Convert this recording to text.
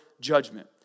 judgment